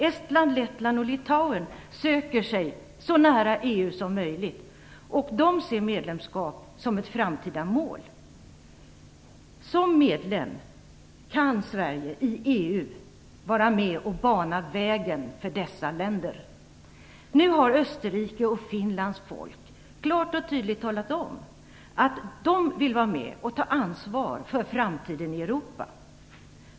Estland, Lettland och Litauen söker sig så nära EU som möjligt, och de ser medlemskap som ett framtida mål. Som medlem kan Sverige i EU vara med och bana vägen för dessa länder. Nu har Österrikes och Finlands folk klart och tydligt talat om att de vill vara med och ta ansvar för framtiden i Europa.